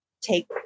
take